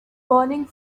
burning